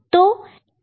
तो कैसे यह देखेंगे